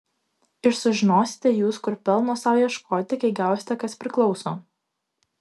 ir sužinosite jūs kur pelno sau ieškoti kai gausite kas priklauso